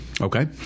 Okay